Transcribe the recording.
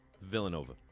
Villanova